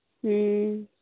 ᱦᱮᱸ